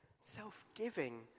self-giving